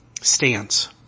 stance